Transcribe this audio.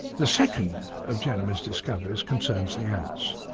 the second of jeremy's discoveries concerns the ants.